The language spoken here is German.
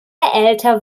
älter